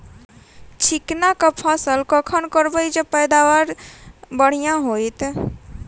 चिकना कऽ फसल कखन गिरैब जँ पैदावार बढ़िया होइत?